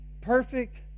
perfect